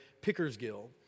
Pickersgill